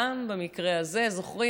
גם במקרה הזה זוכרים?